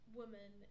woman